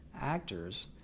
actors